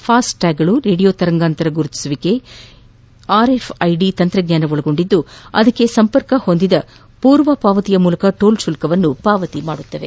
ಫಾಸ್ಟ್ಗ್ಗಳು radio ತರಂಗಾಂತರ ಗುರುತಿಸುವಿಕೆ RFID ತಂತ್ರಜ್ಞಾನ ಒಳಗೊಂಡಿದ್ದು ಅದಕ್ಕೆ ಸಂಪರ್ಕ ಹೊಂದಿದ ಪೂರ್ವ ಪಾವತಿಯ ಮೂಲಕ ಟೋಲ್ ಶುಲ್ಕವನ್ನು ಪಾವತಿ ಮಾದುತ್ತದೆ